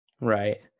Right